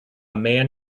man